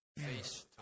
FaceTime